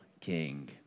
king